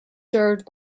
served